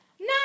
No